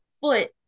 foot